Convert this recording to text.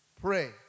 pray